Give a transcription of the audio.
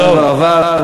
הזמן עבר.